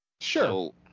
Sure